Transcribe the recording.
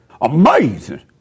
amazing